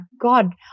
God